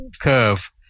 curve